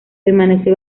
permanece